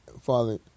father